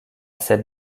cette